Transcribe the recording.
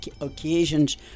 occasions